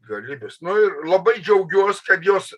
galybės nu ir labai džiaugiuos kad jos